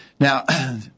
Now